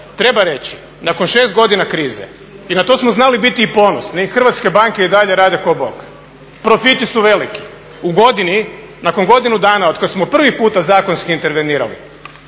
treba reći, nakon 6 godina krize i na to smo znali biti i ponosni, hrvatske banke i dalje rade ko Bog, profiti su veliki. U godini, nakon godinu dana od kad smo prvi puta zakonski intervenirali